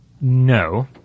No